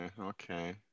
okay